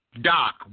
Doc